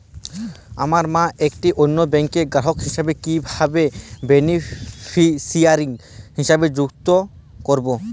আমার মা একটি অন্য ব্যাংকের গ্রাহক হিসেবে কীভাবে বেনিফিসিয়ারি হিসেবে সংযুক্ত করব?